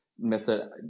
method